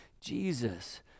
jesus